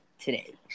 today